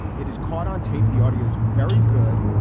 it is caught on tape. the audio's very good.